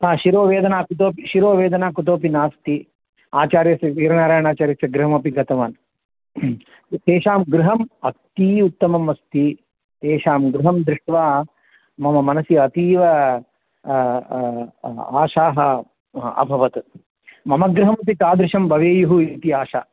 हा शिरोवेदना कुतोपि शिरोवेदना कुतोपि नास्ति आचार्यस्य वीरनारायणाचार्यस्य गृहमपि गतवान् तेषां गृहम् अती उत्तममस्ति तेषां गृहं दृष्ट्वा मम मनसि अतीव आशाः अभवत् मम गृहमपि तादृशं भवेयुः इति आशा